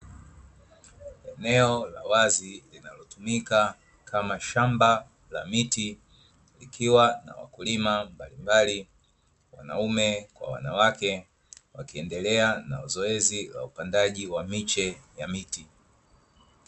Eneo la wazi linalotumika kama shamba la miti, likiwa na wakulima mbalimbali wanaume kwa wanawake, wakiendelea na zoezi la upandaji wa miche ya miti.